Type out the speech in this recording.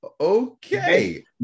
Okay